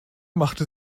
machte